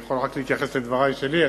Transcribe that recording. אני יכול להתייחס רק לדברי שלי,